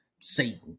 Satan